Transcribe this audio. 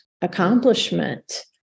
accomplishment